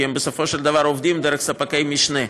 כי הם בסופו של דבר עובדים דרך ספקי משנה.